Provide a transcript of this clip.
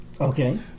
okay